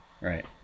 Right